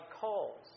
calls